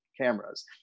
cameras